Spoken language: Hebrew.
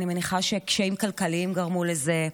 אני מניחה שקשיים כלכליים גרמו לזה,